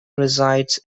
resides